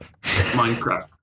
Minecraft